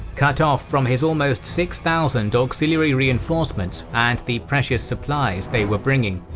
cut off from his almost six thousand auxiliary reinforcements and the precious supplies they were bringing,